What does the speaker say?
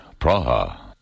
Praha